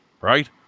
right